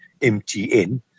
MTN